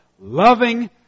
Loving